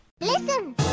Listen